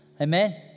Amen